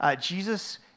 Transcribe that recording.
Jesus